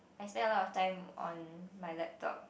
I spend a lot of time on my laptop